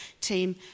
team